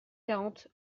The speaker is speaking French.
quarante